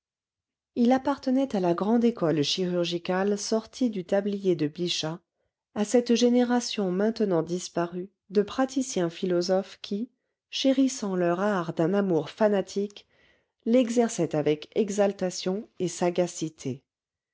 il appartenait à la grande école chirurgicale sortie du tablier de bichat à cette génération maintenant disparue de praticiens philosophes qui chérissant leur art d'un amour fanatique l'exerçaient avec exaltation et sagacité